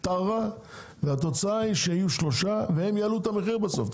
"טרה" והם יעלו אתה מחיר בסוף.